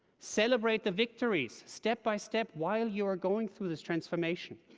celebrate the victories, step by step while you're going through this transformation.